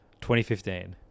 2015